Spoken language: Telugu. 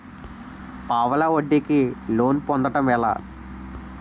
పావలా వడ్డీ కి లోన్ పొందటం ఎలా?